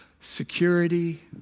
security